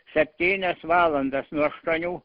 septynias valandas nuo aštuonių